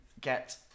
get